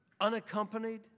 unaccompanied